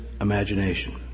imagination